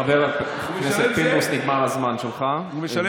חבר הכנסת פינדרוס, נגמר הזמן שלך, הוא משלם זהה.